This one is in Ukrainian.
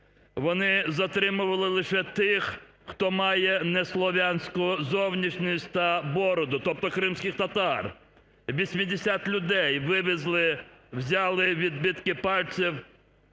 Вони затримували лише тих, хто має неслов'янську зовнішність та бороду, тобто кримських татар. Вісімдесят людей вивезли, взяли відбитки пальців